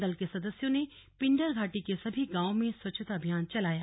दल के सदस्यों ने पिंडर घाटी के सभी गांवों मे स्वछता अभियान चलाया